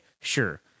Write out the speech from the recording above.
sure